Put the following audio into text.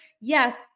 Yes